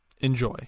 Enjoy